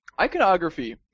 Iconography